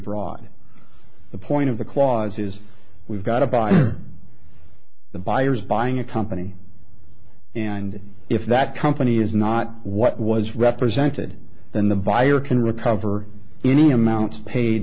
broad the point of the clause is we've got a buyer the buyers buying a company and if that company is not what was represented then the buyer can recover any amounts paid